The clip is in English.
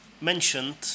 mentioned